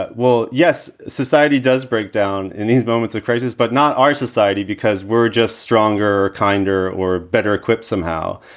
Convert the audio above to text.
but well, yes, society does break down in these moments of crisis, but not our society, because we're just stronger, kinder or better equipped somehow.